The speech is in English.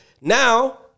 now